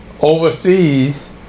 overseas